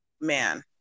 man